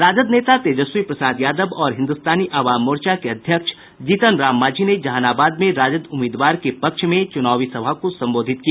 राजद नेता तेजस्वी प्रसाद यादव और हिन्दुस्तानी अवाम मोर्चा के अध्यक्ष जीतन राम मांझी ने जहानाबाद में राजद उम्मीदवार के पक्ष में चुनावी सभा को संबोधित किया